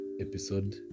episode